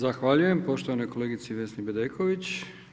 Zahvaljujem poštovanoj kolegici Vesni Bedeković.